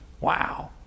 Wow